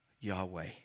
Yahweh